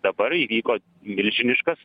dabar įvyko milžiniškas